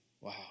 Wow